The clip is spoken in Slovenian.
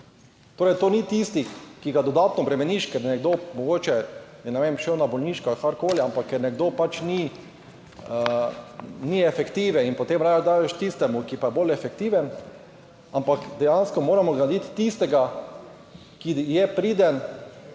Torej, to ni tisti, ki ga dodatno obremeniš, ker nekdo, mogoče je, ne vem šel na bolniško ali karkoli, ampak ker nekdo pač ni efektiven in potem raje daš tistemu, ki pa je bolj efektiven. Ampak dejansko moramo nagraditi tistega, ki je priden,